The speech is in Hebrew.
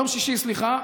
ביום שישי, סליחה.